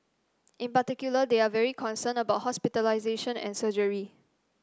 in particular they are very concerned about hospitalisation and surgery